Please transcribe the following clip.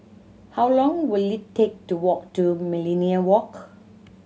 how long will it take to walk to Millenia Walk